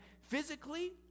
physically